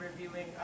reviewing